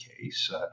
case